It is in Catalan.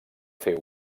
fer